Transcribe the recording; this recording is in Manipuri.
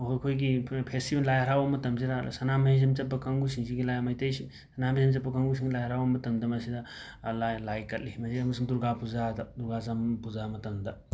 ꯑꯩꯈꯣꯢꯒꯤ ꯐꯦꯁꯇꯤꯕꯦꯟ ꯂꯥꯏ ꯍꯔꯥꯎꯕ ꯃꯇꯝꯖꯤꯗ ꯁꯅꯥꯃꯍꯤꯖꯝ ꯆꯠꯄ ꯀꯥꯡꯕꯨꯁꯤꯡꯁꯤꯒꯤ ꯂꯥꯏ ꯃꯩꯇꯩ ꯁꯅꯥꯃꯍꯤꯖꯝ ꯆꯠꯄ ꯀꯥꯡꯒꯨꯁꯤꯡ ꯂꯥꯏ ꯍꯔꯥꯎꯕ ꯃꯇꯝꯗ ꯃꯁꯤꯗ ꯂꯥꯏ ꯂꯥꯏ ꯀꯠꯂꯤ ꯃꯁꯤꯗ ꯑꯝꯁꯨ ꯗꯨꯔꯒꯥ ꯄꯨꯖꯥꯗ ꯗꯨꯔꯒꯥ ꯄꯨꯖꯥ ꯃꯇꯝꯗ